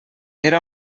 era